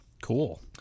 Cool